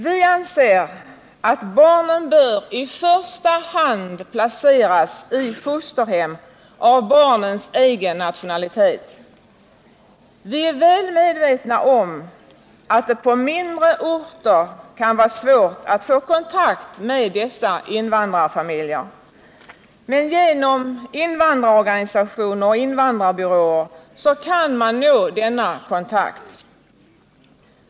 Vi anser att barnen i första hand bör placeras i fosterhem av barnens egen nationalitet. Vi är väl medvetna om att det på mindre orter kan vara svårt att få kontakt med dessa invandrarfamiljer, men genom invandrarorganisationer och invandrarbyråer kan man nå denna kontakt.